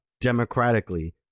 democratically